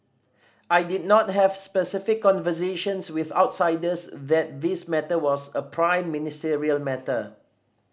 I did not have specific conversations with outsiders that this matter was a prime ministerial matter